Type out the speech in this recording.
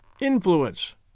influence